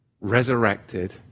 resurrected